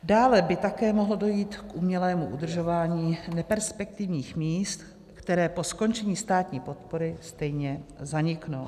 Dále by také mohlo dojít k umělému udržování neperspektivních míst, která po skončení státní podpory stejně zaniknou.